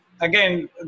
again